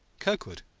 kirkwood,